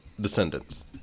descendants